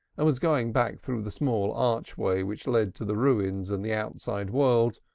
and was going back through the small archway which led to the ruins and the outside world,